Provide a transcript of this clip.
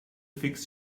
fix